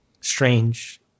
strange